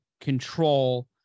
control